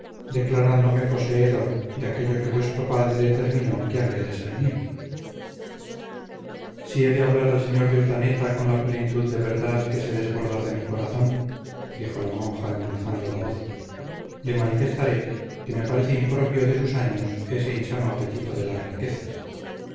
declarándome poseedor de aquello que vuestro padre determinó que había de ser mío si he de hablar al sr de urdaneta con la plenitud de verdad que se desborda de mi corazón dijo la monja endulzando la voz le manifestaré que me parece impropio de sus años ese insano apetito de las riquezas